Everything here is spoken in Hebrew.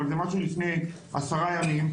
אבל זה משהו מלפני עשרה ימים,